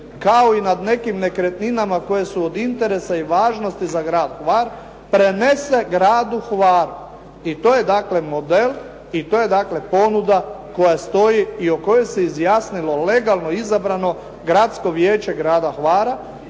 kao i nad nekim nekretninama koje su od interesa i važnosti za Grad Hvar, prenese Gradu Hvaru. I to je dakle model, i to je dakle ponuda koja stoji i o kojoj se izjasnilo legalno izabrano Gradsko vijeće Grada Hvara